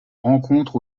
rencontre